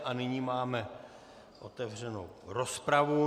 A nyní máme otevřenu rozpravu.